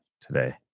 today